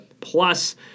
Plus